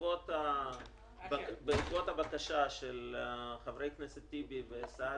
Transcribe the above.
בעקבות הבקשה של חברי הכנסת טיבי וסעדי,